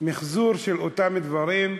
מחזוּר של אותם דברים,